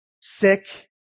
Sick